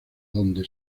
donde